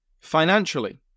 Financially